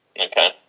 Okay